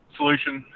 solution